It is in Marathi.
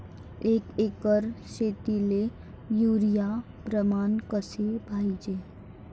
एक एकर शेतीले युरिया प्रमान कसे पाहिजे?